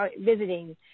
visiting